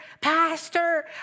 pastor